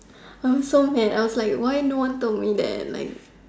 I was so mad I was like why no one told me that like